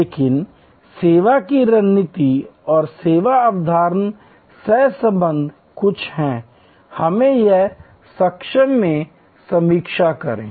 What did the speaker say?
लेकिन सेवा की रणनीति और सेवा अवधारणा सहसंबंध कुछ है हमें यहां संक्षेप में समीक्षा करें